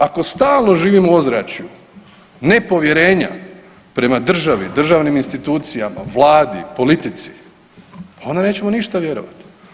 Ako stalno živimo u ozračju nepovjerenja prema državi, državnim institucijama, vladi, politici pa onda nećemo ništa vjerovati.